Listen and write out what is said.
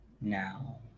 now